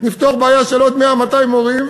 נפתור בעיה של עוד 100 200 מורים,